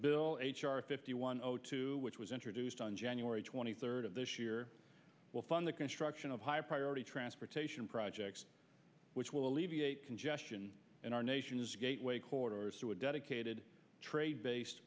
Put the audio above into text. bill h r fifty one o two which was introduced on january twenty third of this year will fund the construction of higher priority transportation projects which will alleviate congestion in our nation's gateway chorus to a dedicated trade based